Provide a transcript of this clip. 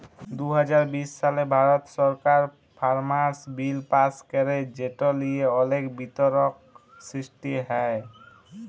দু হাজার বিশ সালে ভারত সরকার ফার্মার্স বিল পাস্ ক্যরে যেট লিয়ে অলেক বিতর্ক সৃষ্টি হ্যয়